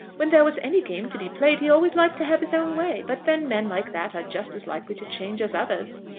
when there was any game to be played, he always liked to have his own way. but then men like that are just as likely to change as others.